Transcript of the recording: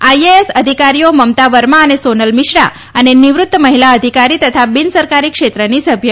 IAS અધિકારીઓ મમતા વર્મા અને સોનલ મિશ્રા અને નિવૃત્ત મહિલા અધિકારી તથા બિનસરકારી ક્ષેત્રની સભ્ય